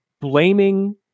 blaming